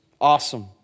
Awesome